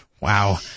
Wow